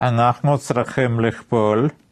אנחנו צריכים לכפול